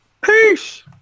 Peace